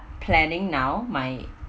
planning now my